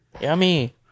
Yummy